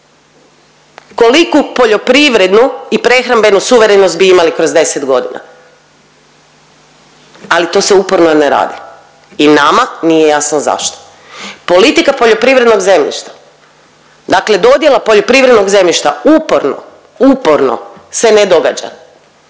Koliku poljoprivrednu i prehrambenu suverenost bi imali kroz 10 godina? Ali to se uporno ne radi i nama nije jasno zašto. Politika poljoprivrednog zemljišta, dakle dodjela poljoprivrednog zemljišta uporno, uporno se ne događa.